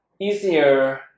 Easier